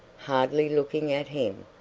hardly looking at him,